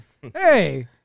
Hey